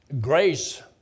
Grace